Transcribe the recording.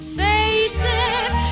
faces